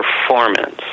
performance